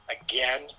again